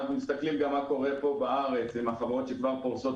אנחנו מסתכלים גם מה קורה בארץ עם החברות שכבר פורסות